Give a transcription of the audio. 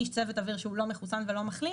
איש צוות אוויר שהוא לא מחוסן ולא מחלים